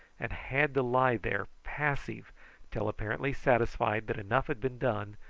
and had to lie there passive till, apparently satisfied that enough had been done,